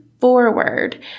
forward